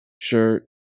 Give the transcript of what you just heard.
shirt